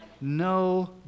no